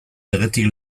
legetik